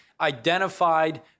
identified